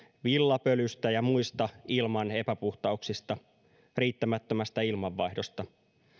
villapölystä ja muista ilman epäpuhtauksista sekä riittämättömästä ilmanvaihdosta